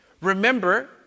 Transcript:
Remember